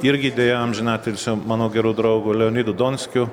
irgi deja amžinatilsiu mano geru draugu leonidu donskiu